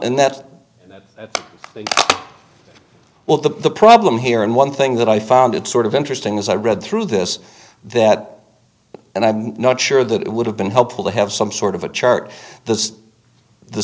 and that they will that the problem here and one thing that i found it sort of interesting as i read through this that and i'm not sure that it would have been helpful to have some sort of a chart the the